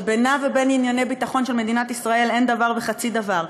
שבינה ובין ענייני ביטחון של מדינת ישראל אין דבר וחצי דבר,